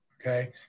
Okay